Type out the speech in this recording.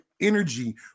energy